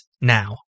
now